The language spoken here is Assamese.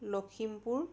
লখিমপুৰ